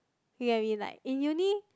you get what I mean like in uni